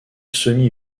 semi